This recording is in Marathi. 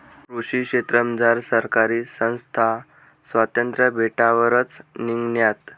कृषी क्षेत्रमझार सहकारी संस्था स्वातंत्र्य भेटावरच निंघण्यात